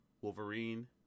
Wolverine